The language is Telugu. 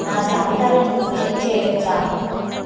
నా జాబితాలను చెక్ చేయవచ్చా